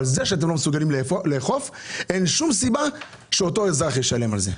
אבל זה שאתם לא מסוגלים לאכוף אין שום סיבה שאותו אזרח ישלם על זה.